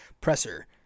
presser